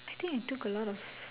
I think I took a lot of